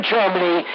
Germany